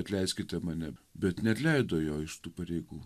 atleiskite mane bet neatleido jo iš tų pareigų